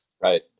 Right